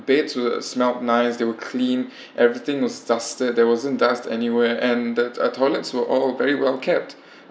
beds were smelled nice they were cleaned everything was dustless there wasn't dust anywhere and the uh toilets were all very kept